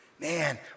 man